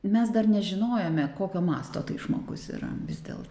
mes dar nežinojome kokio masto tai žmogus yra vis dėlto